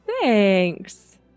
thanks